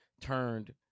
turned